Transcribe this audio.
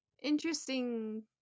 interesting